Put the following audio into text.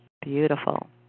Beautiful